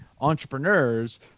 entrepreneurs